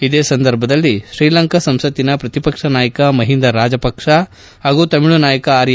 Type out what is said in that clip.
ಇದೇ ಸಂದರ್ಭದಲ್ಲಿ ಶ್ರೀಲಂಕಾ ಸಂಸಕ್ತಿನ ಪ್ರಕಿಪಕ್ಷ ನಾಯಕ ಮಹಿಂದಾ ರಾಜಪಕ್ಷ ಹಾಗೂ ತಮಿಳು ನಾಯಕ ಆರ್ಎ